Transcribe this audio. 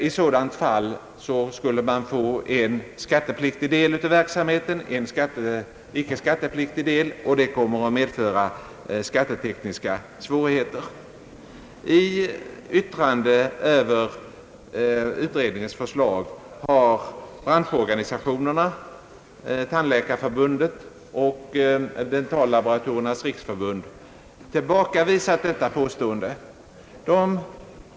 I sådana företag skulle man få en skattepliktig del av verksamheten och en icke-skattepliktig del, och det skulle medföra skattetekniska svårigheter. I ett yttrande över utredningens förslag har branschorganisationerna, Sveriges tandläkarförbund och Dentallaboratoriernas riksförbund, tillbakavisat detta påstående.